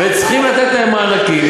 וצריכים לתת להם מענקים,